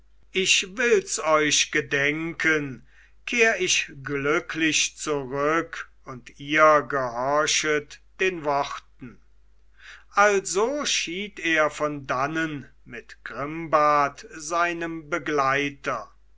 ich wills euch gedenken kehr ich glücklich zurück und ihr gehorchet den worten also schied er von dannen mit grimbart seinem begleiter